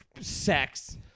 sex